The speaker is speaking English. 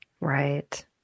Right